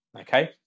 okay